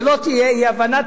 שלא תהיה אי-הבנה,